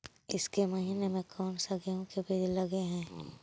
ईसके महीने मे कोन सा गेहूं के बीज लगे है?